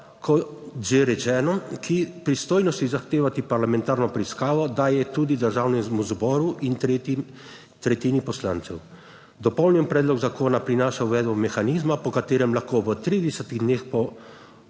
kot že rečeno, ki pristojnosti zahtevati parlamentarno preiskavo daje tudi Državnemu zboru in tretji tretjini poslancev. Dopolnjen predlog zakona prinaša uvedbo mehanizma, po katerem lahko v 30 dneh po